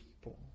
people